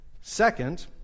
Second